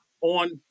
on